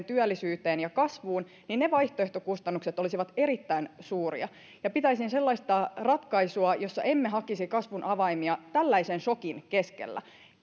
työllisyyteen ja kasvuun ne vaihtoehtokustannukset olisivat erittäin suuria pitäisin sellaista ratkaisua jossa emme hakisi kasvun avaimia tällaisen sokin keskellä